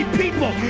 people